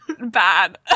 bad